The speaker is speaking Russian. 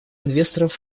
инвесторов